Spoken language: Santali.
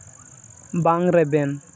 ᱵᱟᱝ ᱨᱮᱵᱮᱱ